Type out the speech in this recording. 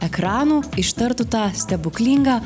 ekranų ištartų tą stebuklingą